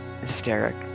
hysteric